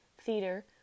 theater